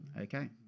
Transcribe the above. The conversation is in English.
Okay